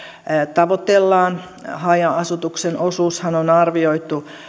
tavoitellaan haja asutuksen osuushan